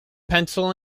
pencil